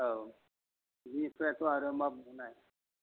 औ बिनिफ्रायथ' आरो मा बुंबावनाय